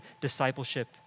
discipleship